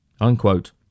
unquote